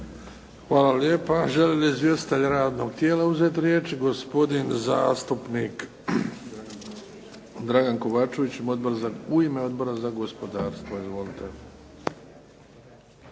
Hvala lijepa. Žele li izvjestitelji radnog tijela uzeti riječ? Gospodin zastupnik Dragan Kovačević, u ime Odbora za gospodarstva. Izvolite.